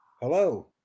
Hello